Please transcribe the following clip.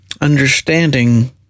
understanding